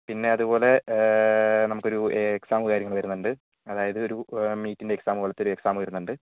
പിന്നെ അതുപോലെ നമ്മൾക്ക് ഒരു എക്സാമ് കാര്യങ്ങൾ വരുന്നുണ്ട് അതായത് ഒരു മീറ്റിൻ്റെ എക്സാം പോലത്തൊരു എക്സാമ് വരുന്നുണ്ട്